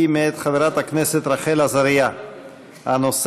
היא מאת חברת הכנסת רחל עזריה, הנושא: